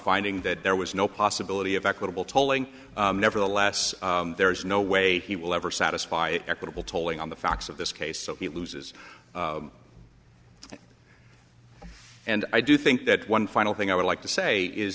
finding that there was no possibility of equitable tolling nevertheless there is no way he will ever satisfy equitable tolling on the facts of this case so he loses and i do think that one final thing i would like to say is